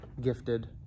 gifted